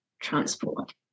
transport